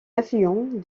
affluent